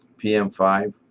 p m five,